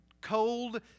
cold